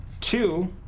Two